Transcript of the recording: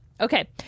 okay